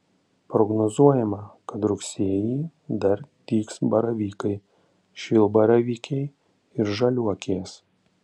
prognozuojama kad rugsėjį dar dygs baravykai šilbaravykiai ir žaliuokės